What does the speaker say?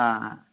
ആ ആ